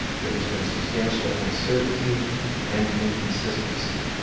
there has been substantial uncertainty and inconsistency.